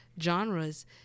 genres